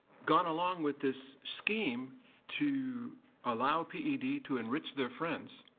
gone along with this scheme to allow ped to enrich their friends